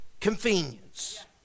convenience